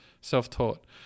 self-taught